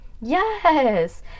yes